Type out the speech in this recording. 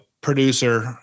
producer